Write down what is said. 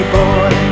boy